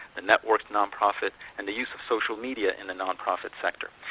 the networked nonprofit, and the use of social media in the nonprofit sector.